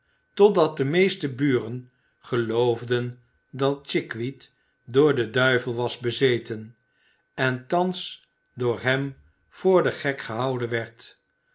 totdat de meeste buren geloofden dat chickweed door den duivel was bezeten en thans door hem voor den gek gehouden werd